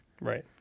Right